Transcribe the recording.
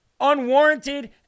unwarranted